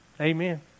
Amen